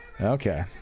Okay